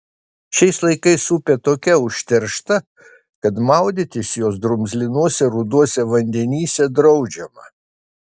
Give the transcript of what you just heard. šiais laikais upė tokia užteršta kad maudytis jos drumzlinuose ruduose vandenyse draudžiama